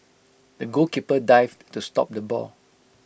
the goalkeeper dived to stop the ball